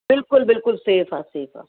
बिल्कुलु बिल्कुलु सेफ़ आहे सेफ़ आहे